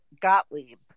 Gottlieb